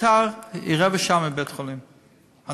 ביתר נמצאת במרחק רבע שעה מבית-החולים "הדסה",